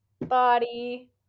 body